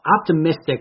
optimistic